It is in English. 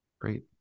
Great